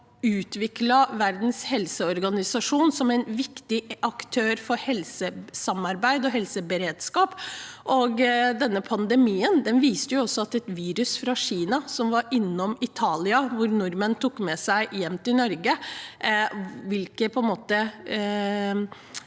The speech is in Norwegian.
med og utviklet Verdens helseorganisasjon som en viktig aktør for helsesamarbeid og helseberedskap. Denne pandemien, med et virus fra Kina som var innom Italia, og som nordmenn tok med seg hjem til Norge,